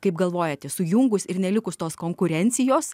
kaip galvojate sujungus ir nelikus tos konkurencijos